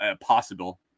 Possible